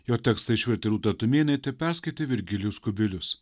jo tekstą išvertė rūta tumėnaitė perskaitė virgilijus kubilius